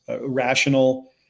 rational